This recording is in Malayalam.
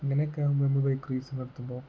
ഇങ്ങനെയൊക്കെ നമ്മൾ ബൈക്ക് റേസ് നടത്തുമ്പോൾ